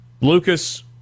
Lucas